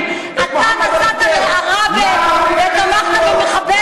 רצח ושרף חיים את מוחמד אבו ח'דיר,